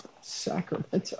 Sacramento